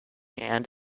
and